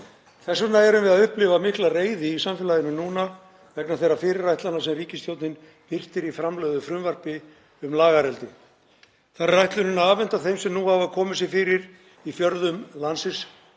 Þess vegna erum við að upplifa mikla reiði í samfélaginu núna vegna þeirra fyrirætlana sem ríkisstjórnin birtir í framlögðu frumvarpi um lagareldi. Þar er ætlunin að afhenda þeim, sem nú hafa komið sér fyrir í fjörðum landsins